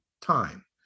time